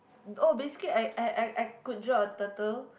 oh basically I I I I could draw a turtle